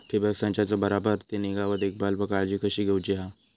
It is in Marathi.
ठिबक संचाचा बराबर ती निगा व देखभाल व काळजी कशी घेऊची हा?